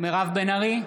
מירב בן ארי,